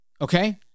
Okay